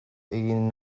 egin